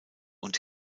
und